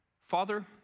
Father